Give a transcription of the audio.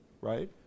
right